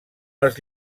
les